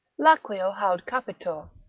laqueo haud capitur,